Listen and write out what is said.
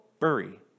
bury